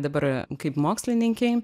dabar kaip mokslininkei